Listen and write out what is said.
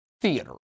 theater